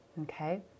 Okay